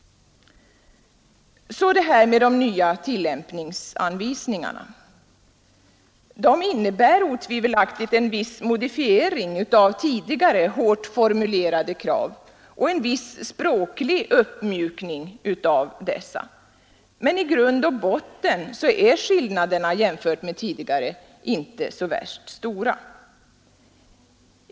Så detta med de nya tillämpningsanvisningarna. De innebär otvivelaktigt en viss modifiering av tidigare hårt formulerade krav och en viss språklig uppmjukning av dessa. Men i grund och botten är skillnaderna jämfört med tidigare inte så stora.